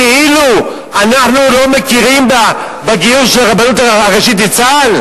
כאילו אנחנו לא מכירים בגיור של הרבנות הראשית לצה"ל?